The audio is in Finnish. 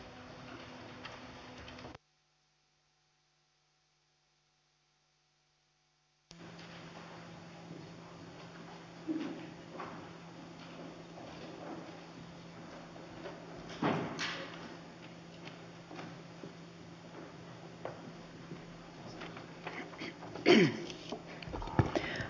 sitten mennään puhujalistalle